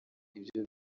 ibyo